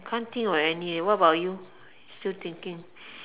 can't think of any leh what about you still thinking